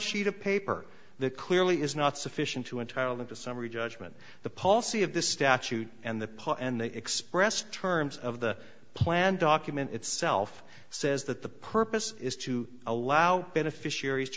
sheet of paper the clearly is not sufficient to entitle them to summary judgment the policy of this statute and the paul and they expressed terms of the plan document itself says that the purpose is to allow beneficiaries